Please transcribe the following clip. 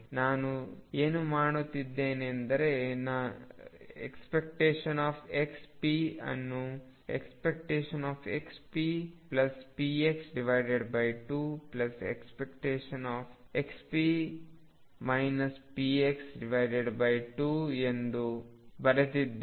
ನಾನು ಏನು ಮಾಡಿದ್ದೇನೆಂದರೆ ನಾನು ⟨xp⟩ ಅನ್ನು ⟨xppx⟩2⟨xp px⟩2 ಎಂದು ಬರೆದಿದ್ದೇನೆ